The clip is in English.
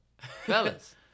fellas